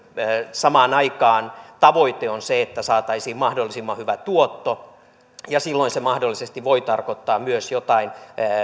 samaan aikaan tavoite on se että saataisiin mahdollisimman hyvä tuotto silloin se mahdollisesti voi tarkoittaa myös joitain